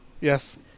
Yes